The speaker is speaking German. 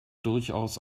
durchaus